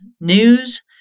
news